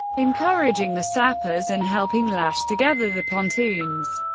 encouraging the sappers and helping lash together the pontoons.